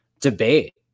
debate